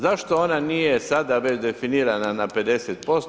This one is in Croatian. Zašto ona nije sada već definirana na 50%